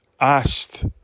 asked